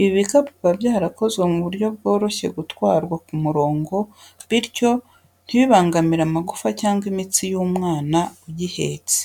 Ibi bikapu biba byarakozwe ku buryo byoroshye gutwarwa ku murongo, bityo ntibibangamire amagufa cyangwa imitsi y’umwana ugihetse.